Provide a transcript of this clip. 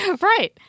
Right